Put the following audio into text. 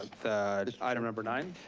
the item number nine.